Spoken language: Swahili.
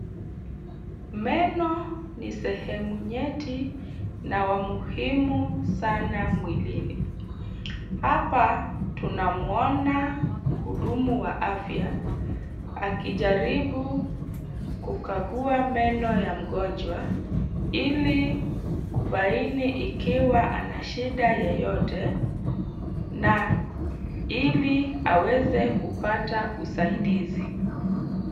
Meno ni sehemu nyeti na wa muhimu sana mwilini. Hapa tunamwona mhudumu wa afya akijaribu kukagua meno ya mgonjwa ili kubaini ikiwa ana shida yeyote na ili aweze kupata usaidizi.